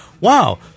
wow –